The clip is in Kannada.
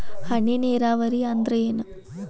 ಹನಿ ನೇರಾವರಿ ಅಂದ್ರ ಏನ್?